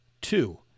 Two